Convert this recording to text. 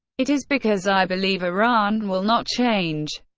it is, because i believe iran will not change,